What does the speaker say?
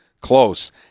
close